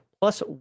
plus